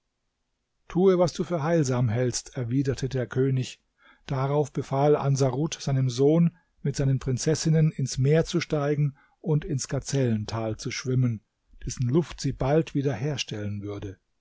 tue was du für heilsam hältst erwiderte der könig darauf befahl ansarut seinem sohn mit seinen prinzessinnen ins meer zu steigen und ins gazellental zu schwimmen dessen luft sie bald wieder herstellen würde